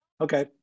Okay